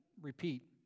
repeat